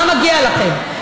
מה מגיע לכם?